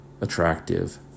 attractive